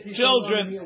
children